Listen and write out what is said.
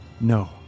No